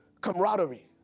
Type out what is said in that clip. camaraderie